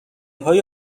های